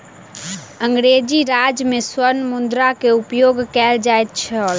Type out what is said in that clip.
अंग्रेजी राज में स्वर्ण मुद्रा के उपयोग कयल जाइत छल